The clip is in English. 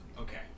Okay